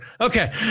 Okay